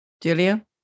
Julia